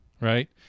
right